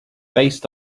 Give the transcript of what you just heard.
based